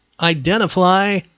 Identify